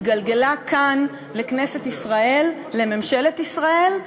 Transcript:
המכינות לגיבושו של נוהל סדור שיגדיר את תוכני הטקס ואת המשתתפים בו.